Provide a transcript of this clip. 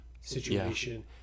situation